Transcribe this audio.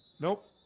nope